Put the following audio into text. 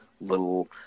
little